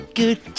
good